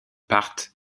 partent